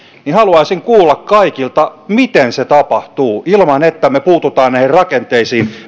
niin haluaisin kuulla kaikilta miten se tapahtuu ilman että me puutumme näihin rakenteisiin